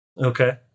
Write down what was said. Okay